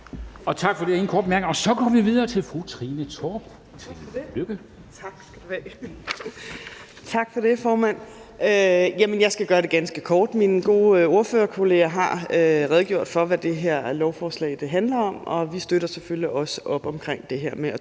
13:11 (Ordfører) Trine Torp (SF): Tak for det, formand. Jeg skal gøre det ganske kort. Mine gode ordførerkolleger har redegjort for, hvad det her lovforslag handler om, og vi støtter selvfølgelig også op omkring det her med at